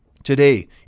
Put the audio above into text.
Today